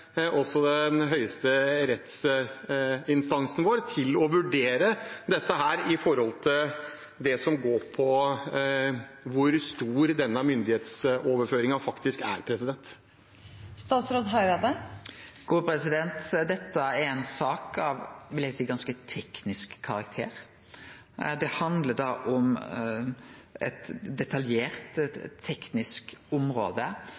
høyeste rettsinstansen vår til å vurdere dette når det gjelder det som går på hvor stor denne myndighetsoverføringen faktisk er? Dette er ei sak av ein ganske teknisk karakter. Ho handlar om eit detaljert teknisk område